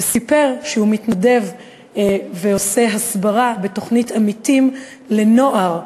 הוא סיפר שהוא מתנדב ועושה הסברה בתוכנית "עמיתים" לנוער,